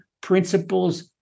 principles